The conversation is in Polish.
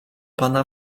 pana